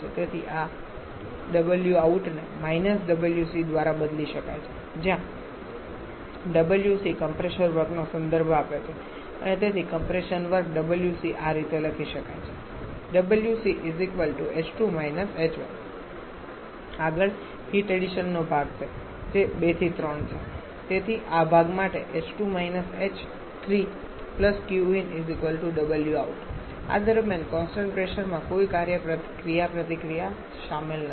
તેથી આ wout ને − wc દ્વારા બદલી શકાય છે જ્યાં wc કમ્પ્રેસર વર્કનો સંદર્ભ આપે છે અને તેથી કમ્પ્રેસર વર્ક wc આ રીતે લખી શકાય છે wc h2 − h1 આગળ હીટ એડિશનનો ભાગ છે જે 2 થી 3 છે તેથી આ ભાગ માટે આ દરમિયાન કોન્સટંટ પ્રેશરમાં કોઈ કાર્ય ક્રિયાપ્રતિક્રિયા સામેલ નથી